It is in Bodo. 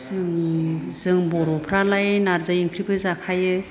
जोंनि जों बर'फ्रालाय नार्जि ओंख्रिबो जाखायो